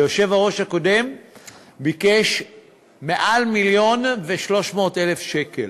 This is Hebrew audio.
והיושב-ראש הקודם ביקש מעל מיליון ו-300,00 שקל